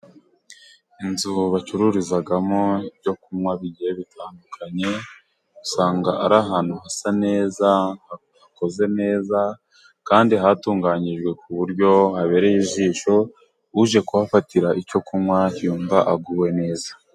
Inzu bacururizamo ibyo kunywa bigiye bitandukanye ,usanga ari ahantu hasa neza ,hakoze neza kandi hatunganyijwe ku buryo habereye ijisho ,uje kuhafatira icyo kunywa yumva aguwe neza.